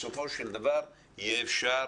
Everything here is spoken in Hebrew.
בסופו של דבר יהיה אפשר